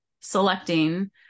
selecting